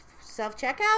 self-checkout